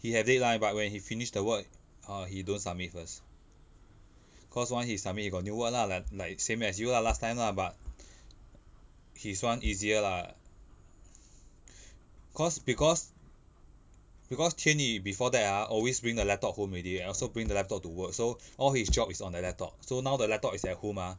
he have deadline but when he finished the work uh he don't submit first cause once he submit he got new work lah like like same as you lah last time lah but his one easier lah cause because because tian yu before that ah always bring the laptop home already and also bring the laptop to work so all his job is on the laptop so now the laptop is at home ah